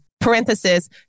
parenthesis